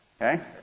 Okay